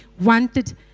wanted